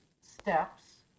steps